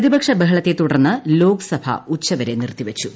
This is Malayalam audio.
പ്രതിപക്ഷ ബഹളത്തെ തുടർന്ന് ലോക്സഭ ഉച്ചുവരെ നിർത്തിവച്ചു